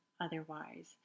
otherwise